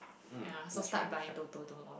ya so start buying Toto tomorrow